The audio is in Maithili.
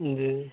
जी